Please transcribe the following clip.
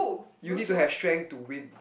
you need to have strength to win